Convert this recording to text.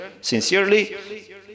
sincerely